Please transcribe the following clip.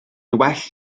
well